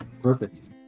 Perfect